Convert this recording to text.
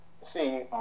See